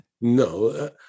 No